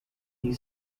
you